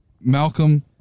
Malcolm